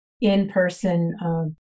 in-person